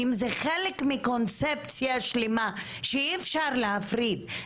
זה חלק מקונספציה שלמה שאי אפשר להפריד.